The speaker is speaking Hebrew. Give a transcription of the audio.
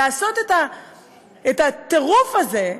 לעשות את הטירוף הזה,